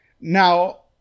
Now